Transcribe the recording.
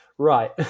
Right